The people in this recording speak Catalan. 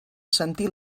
sentir